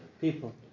people